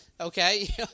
okay